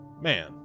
man